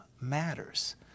matters